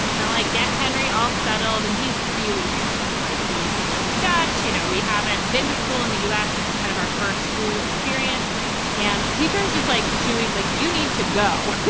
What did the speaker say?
now i get henry all settled and he's really anxious like these people speak that, you know, we haven't been to school in the us. this is kind of our first school experience and a teacher is just like shuey, like you need to go.